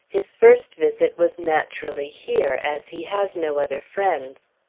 his first visit was naturally here, as he has no other friends.